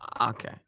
Okay